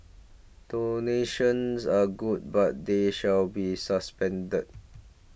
donations are good but they shall be suspended